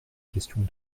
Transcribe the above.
questions